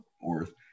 fourth